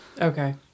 Okay